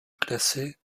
classés